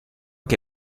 che